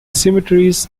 cemeteries